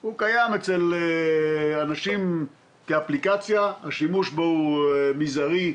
הוא קיים אצל אנשים כאפליקציה והשימוש בו מזערי,